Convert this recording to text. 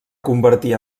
convertir